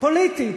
פוליטית.